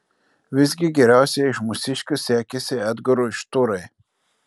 visgi geriausiai iš mūsiškių sekėsi edgarui šturai